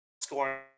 scoring